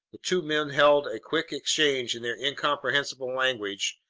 the two men held a quick exchange in their incomprehensible language,